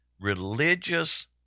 Religious